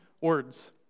words